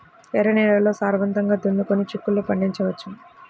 ఎర్ర నేలల్లో సారవంతంగా దున్నుకొని చిక్కుళ్ళు పండించవచ్చు